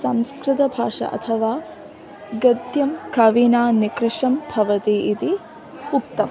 संस्कृतभाषा अथवा गद्यं कविना निकर्षं भवति इति उक्तं